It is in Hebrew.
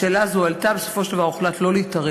השאלה הזאת עלתה, ובסופו של דבר הוחלט שלא להתערב.